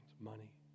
Money